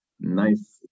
Nice